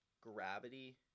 gravity